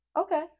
Okay